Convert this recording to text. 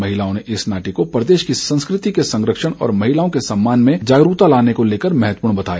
महिलाओं ने इस नाटी को प्रदेश की संस्कृति के संरक्षण और महिलाओं के सम्मान में जागरूकता लाने को लेकर महत्वपूर्ण बताया